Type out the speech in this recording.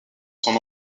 son